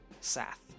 Seth